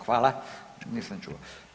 Hvala, nisam čuo.